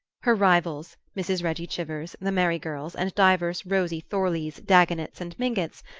her rivals mrs. reggie chivers, the merry girls, and divers rosy thorleys, dagonets and mingotts,